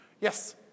Yes